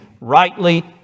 rightly